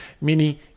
Meaning